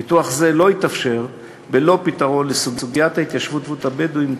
פיתוח זה לא יתאפשר בלא פתרון לסוגיית ההתיישבות הבדואית,